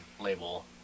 label